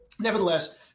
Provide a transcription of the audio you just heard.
Nevertheless